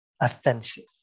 offensive